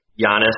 Giannis